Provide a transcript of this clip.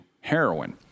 heroin